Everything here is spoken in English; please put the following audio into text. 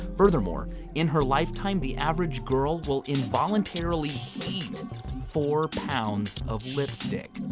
furthermore, in her lifetime, the average girl will involuntarily eat four pounds of lipstick.